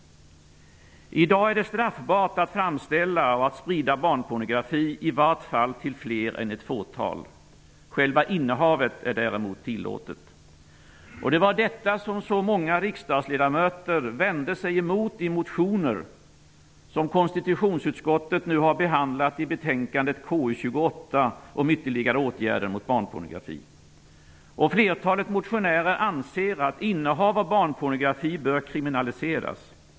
I dag är det straffbart att framställa och att sprida barnpornografi, i vart fall till fler än ett fåtal. Själva innehavet är däremot tillåtet. Det var detta som så många riksdagsledamöter vände sig emot i de motioner som konstitutionsutskottet nu har behandlat i betänkande KU28 om ytterligare åtgärder mot barnpornografi. Flertalet motionärer anser att innehav av barnpornografi bör kriminaliseras.